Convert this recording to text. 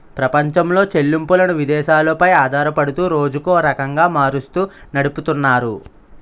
ప్రపంచంలో చెల్లింపులను విదేశాలు పై ఆధారపడుతూ రోజుకో రకంగా మారుస్తూ నడిపితున్నారు